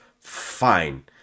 Fine